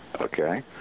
Okay